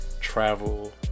travel